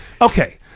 Okay